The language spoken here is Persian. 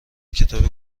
کتاب